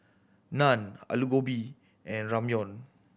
Naan Alu Gobi and Ramyeon